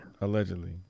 Allegedly